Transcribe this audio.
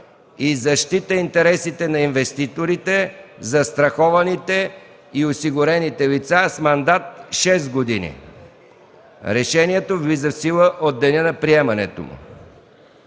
и защита интересите на инвеститорите, застрахованите и осигурените лица, с мандат 6 години. Решението влиза в сила от деня на приемането му.”